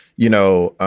you know